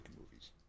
movies